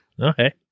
Okay